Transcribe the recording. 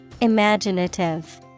Imaginative